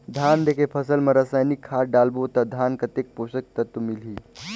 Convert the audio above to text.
धान देंके फसल मा रसायनिक खाद डालबो ता धान कतेक पोषक तत्व मिलही?